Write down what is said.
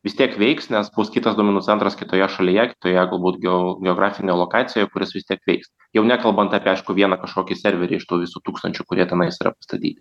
vis tiek veiks nes bus kitas duomenų centras kitoje šalyje kitoje galbūt geo geografinėj lokacijoj kuris vis tiek veiks jau nekalbant apie aišku vieną kažkokį serverį iš tų visų tūkstančių kurie tenais yra pastatyti